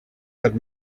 got